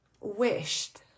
wished